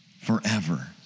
Forever